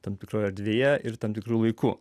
tam tikroje erdvėje ir tam tikru laiku